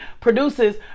produces